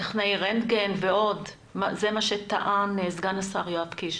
טכנאי רנטגן ועוד, זה מה שטען סגן השר יואב קיש.